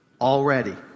Already